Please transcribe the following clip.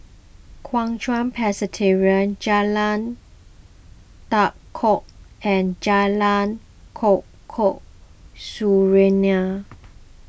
Kuo Chuan Presbyterian Jalan Tua Kong and Jalan Serunai